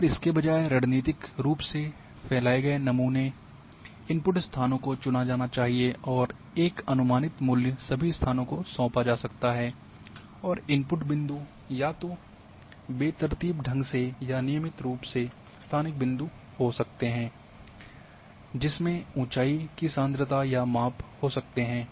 और इसके बजाय रणनीतिक रूप से फैलाए गए नमूना इनपुट स्थानों को चुना जा सकता है और एक अनुमानित मूल्य सभी स्थानों को सौंपा जा सकता है और इनपुट बिंदु या तो बेतरतीब ढंग से या नियमित रूप से स्थानिक बिंदु हो सकते हैं जिसमें ऊंचाई की सांद्रता या माप हो सकते हैं